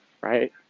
right